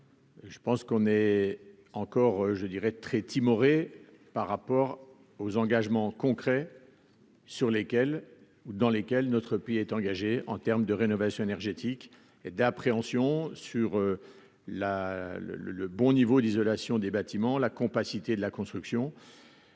Je pense qu'on est encore, je dirais très timoré par rapport aux engagements concrets sur lesquels dans lesquelles notre pays est engagé en terme de rénovation énergétique d'appréhension sur la le le le bon niveau d'isolation des bâtiments, la compacité de la construction,